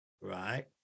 right